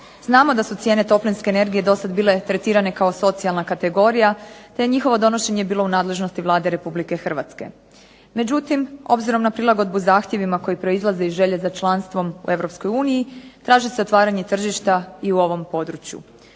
Znamo da su cijene toplinske energije dosad bile tretirane kao socijalna kategorija te je njihovo donošenje bilo u nadležnosti Vlade RH. Međutim, obzirom na prilagodbu zahtjevima koji proizlaze iz želje za članstvom u EU traži se otvaranje tržišta i u ovom području.